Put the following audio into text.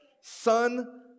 son